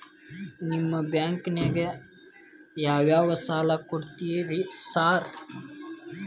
ನಿಮ್ಮ ಬ್ಯಾಂಕಿನಾಗ ಯಾವ್ಯಾವ ಸಾಲ ಕೊಡ್ತೇರಿ ಸಾರ್?